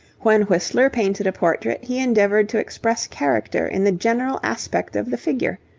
when whistler painted a portrait he endeavoured to express character in the general aspect of the figure,